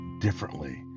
differently